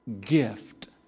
gift